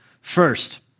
First